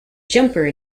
jumper